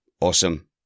Awesome